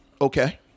Okay